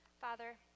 Father